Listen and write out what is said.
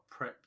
prepped